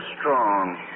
strong